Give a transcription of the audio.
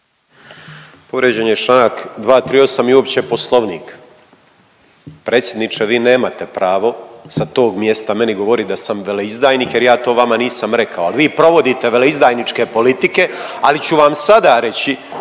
Povrijeđen je članak 238. i uopće Poslovnik. Predsjedniče vi nemate pravo sa tog mjesta meni govoriti da sam veleizdajnik, jer ja to vama nisam rekao ali vi provodite veleizdajničke politike. Ali ću vam sada reći